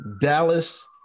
Dallas